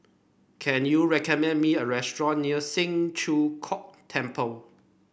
can you recommend me a restaurant near Siang Cho Keong Temple